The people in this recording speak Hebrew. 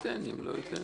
אם לא, לא.